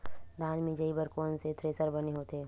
धान मिंजई बर कोन से थ्रेसर बने होथे?